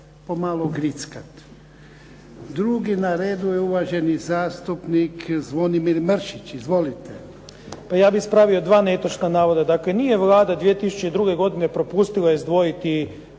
po malo grickati. Drugi na redu je uvaženi zastupnik Zvonimir Mršić. Izvolite. **Mršić, Zvonimir (SDP)** Pa ja bih ispravio dva netočna navoda. Dakle, nije Vlada 2002. godine propustila izdvojiti